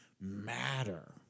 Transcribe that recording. matter